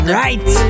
right